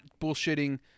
bullshitting